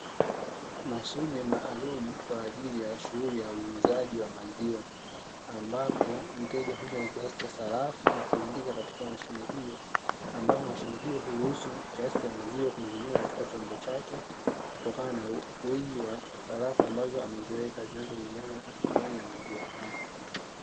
Mashine maalumu kwa ajili ya shughuli ya uuzaji wa maziwa, ambapo mteja huja na kiasi cha sarafu na kuingiza katika mashine hiyo, ambapo mashine hiyo huruhusu kiasi cha maziwa kumiminika katika chombo chake kutokana na wingi wa sarafu ambazo ameziweka zinazolingana na thamani ya maziwa hayo.